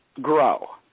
grow